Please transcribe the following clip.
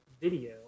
video